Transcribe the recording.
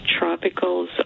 tropicals